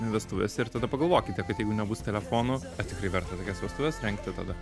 vestuvėse ir tada pagalvokite kad jeigu nebus telefonų ar tikrai verta tokias vestuves rengti tada